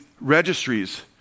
registries